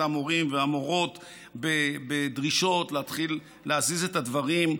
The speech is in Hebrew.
המורים והמורות בדרישות להזיז את הדברים,